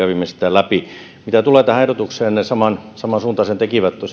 läpi mitä tulee tähän ehdotukseen ahvenanmaan edustajat tosiaan samansuuntaisen tekivät